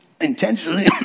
intentionally